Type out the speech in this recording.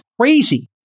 crazy